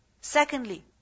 Secondly